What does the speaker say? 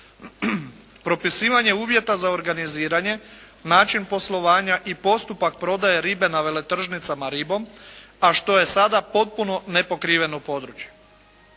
Propisivanje uvjeta za organiziranje, način poslovanja i postupak prodaje ribe na veletržnicama ribom, a što je sada potpuno nepokriveno područje.